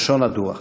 כלשון הדוח.